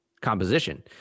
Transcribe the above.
composition